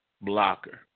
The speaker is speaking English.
blocker